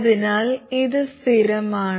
അതിനാൽ ഇത് സ്ഥിരമാണ്